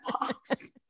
box